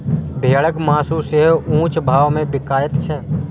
भेड़क मासु सेहो ऊंच भाव मे बिकाइत छै